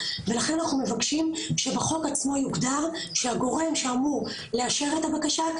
ולכן אנחנו מבקשים שבחוק עצמו יוגדר שהגורם שאמור לאשר את הבקשה,